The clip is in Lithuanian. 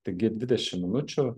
taigi dvidešim minučių